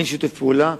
אין שיתוף פעולה,